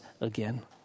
again